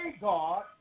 God